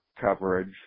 coverage